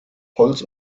holz